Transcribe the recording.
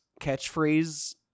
catchphrase